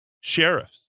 sheriffs